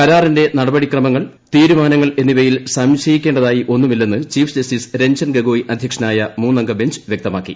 കരാറിന്റെ നടപടിക്രമങ്ങൾ തീരുമാനങ്ങൾ എന്നിവയിൽ സംശയിക്കേണ്ടതായി ഒന്നുമില്ലെന്ന് ചീഫ് ജസ്റ്റിസ് രഞ്ജൻ ഗൊഗോയ് അധ്യക്ഷനായ മൂന്നംഗ ബഞ്ച് വ്യക്തമാക്കി